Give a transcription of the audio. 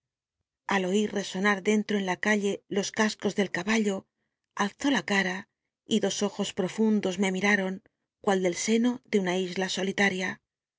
al oir resonar dentro en la calle los cascos del caballo alzó la cara y dos ojos profundos me miraron cual del seno de una isla solitaria